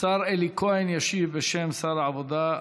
השר אלי כהן ישיב בשם שר העבודה,